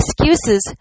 excuses